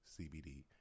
CBD